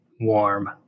warm